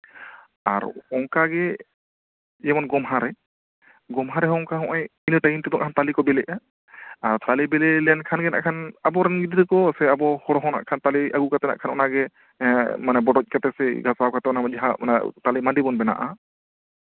ᱟᱨ ᱚᱝᱠᱟ ᱜᱮ ᱡᱮᱢᱚᱱ ᱜᱚᱢᱦᱟ ᱨᱮ ᱜᱚᱢᱦᱟ ᱨᱮᱦᱚᱸ ᱚᱝᱠᱟ ᱤᱱᱟᱹ ᱴᱟᱭᱤᱢ ᱛᱮᱫᱚ ᱦᱟᱸᱜ ᱛᱟᱞᱮ ᱠᱚ ᱵᱮᱹᱞᱮᱹᱜᱼᱟ ᱟᱨ ᱛᱟᱞᱮ ᱵᱮᱹᱞᱮᱹ ᱞᱮᱱᱠᱷᱟᱱ ᱜᱮ ᱱᱟᱜ ᱠᱷᱟᱱ ᱟᱵᱚᱨᱮᱱ ᱜᱤᱫᱽᱨᱟᱹ ᱠᱚ ᱥᱮ ᱟᱵᱚ ᱦᱚᱲ ᱦᱚᱸ ᱱᱟᱜ ᱠᱷᱟᱱ ᱛᱟᱞᱮ ᱵᱮᱹᱞᱮᱹ ᱟᱹᱜᱩ ᱠᱟᱛᱮ ᱱᱟᱜ ᱠᱷᱟᱱ ᱚᱱᱟ ᱜᱮ ᱵᱚᱰᱚᱡ ᱠᱟᱛᱮᱫ ᱥᱮ ᱜᱷᱟᱥᱟᱣ ᱠᱟᱛᱮᱫ ᱚᱱᱟ ᱡᱟᱦᱟᱸ ᱛᱟᱞᱮ ᱢᱟᱹᱰᱤ ᱵᱚᱱ ᱵᱮᱱᱟᱜᱼᱟ